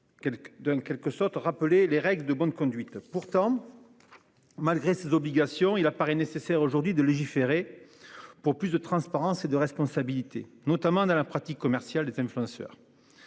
en quelque sorte rappeler les règles de bonne conduite pourtant. Malgré ses obligations, il apparaît nécessaire aujourd'hui de légiférer. Pour plus de transparence et de responsabilité notamment dans la pratique commerciale des influenceurs.